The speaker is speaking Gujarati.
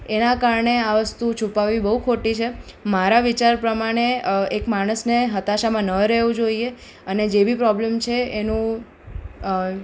એના કારણે આ વસ્તુ છુપાવવી બહુ ખોટી છે મારા વિચાર પ્રમાણે એક માણસને હતાશામાં ન રહેવું જોઈએ અને જે બી પ્રોબ્લેમ છે એનું